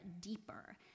deeper